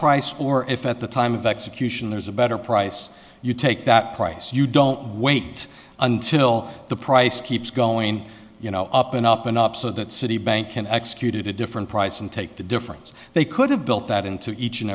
price or if at the time of execution there's a better price you take that price you don't wait until the price keeps going up and up and up so that citibank can executed a different price and take the difference they could have built that into each and